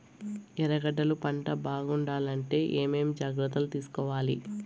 ఎర్రగడ్డలు పంట బాగుండాలంటే ఏమేమి జాగ్రత్తలు తీసుకొవాలి?